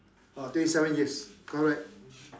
ah twenty seven years correct